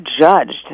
judged